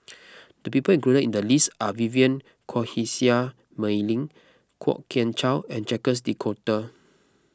the people included in the list are Vivien Quahe Seah Mei Lin Kwok Kian Chow and Jacques De Coutre